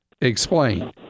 explain